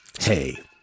Hey